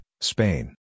Spain